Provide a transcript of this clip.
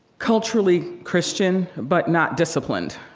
culturally christian, but not disciplined.